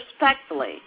respectfully